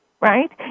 Right